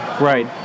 Right